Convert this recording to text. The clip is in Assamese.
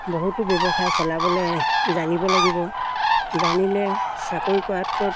বহুতো ব্যৱসায় চলাবলৈ জানিব লাগিব জানিলে চাকৰি কৰাতকৈ